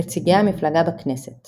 נציגי המפלגה בכנסת